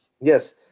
Yes